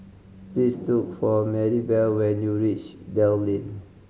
please look for Marybelle when you reach Dell Lane